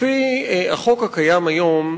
לפי החוק הקיים היום,